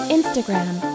Instagram